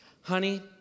Honey